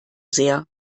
sehr